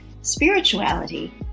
spirituality